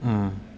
mm